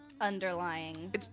Underlying